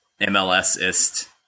MLSist